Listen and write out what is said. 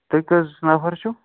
تُہۍ کٔژ نَفَر چھُو